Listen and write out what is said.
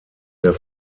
der